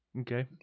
Okay